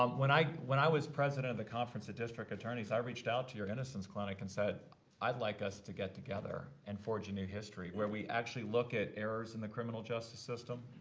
um when i when i was president of the conference of district attorneys i reached out to your innocence clinic and said i'd like us to get together and forge a new history where we actually look at errors in the criminal justice system,